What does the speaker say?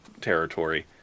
territory